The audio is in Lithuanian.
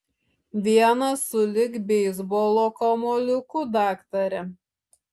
vienas sulig beisbolo kamuoliuku daktare